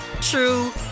true